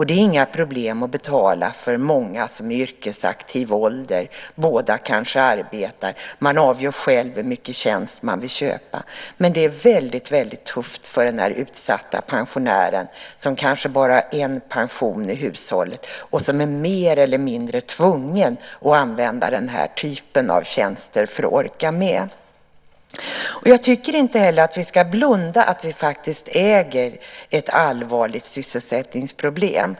Det är inga problem för dem som är i yrkesaktiv ålder och där båda arbetar. Man avgör själv vilka tjänster man vill köpa. Men det är väldigt tufft för den utsatta pensionären. Man har kanske bara en pension i hushållet och är mer eller mindre tvungen att använda den här typen av tjänster för att orka med. Jag tycker inte heller att vi ska blunda för att vi faktiskt äger ett allvarligt sysselsättningsproblem.